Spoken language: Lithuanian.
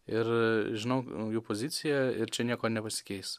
ir žinau jų poziciją ir čia nieko nepasikeis